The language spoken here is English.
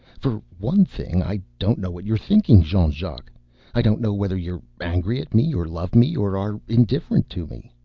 for one thing, i don't know what you're thinking, jean-jacques. i don't know whether you're angry at me or love me or are indifferent to me.